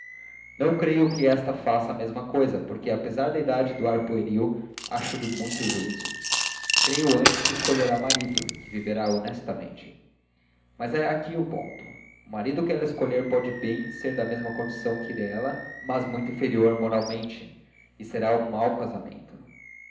não creio que esta faça a mesma cousa porque apesar da idade e do ar pueril acho-lhe muito juízo creio antes que escolherá marido e viverá honestamente mas é aqui ponto o marido que ela escolher pode bem ser da mesma condição que ela mas muito inferior moralmente e será um mau casamento